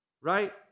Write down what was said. right